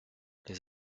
les